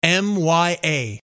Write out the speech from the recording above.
MYA